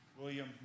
William